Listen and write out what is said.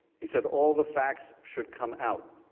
he said, all the facts should come out.